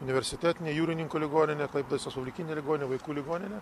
universitetine jūrininkų ligonine klaipėdos respublikine ligonine vaikų ligonine